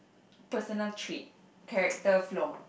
personal trait character flaw